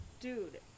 Dude